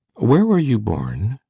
where were you born?